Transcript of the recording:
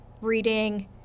reading